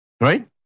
right